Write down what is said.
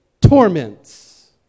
torments